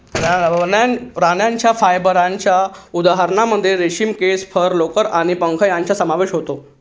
प्राण्यांच्या फायबरच्या उदाहरणांमध्ये रेशीम, केस, फर, लोकर आणि पंख यांचा समावेश होतो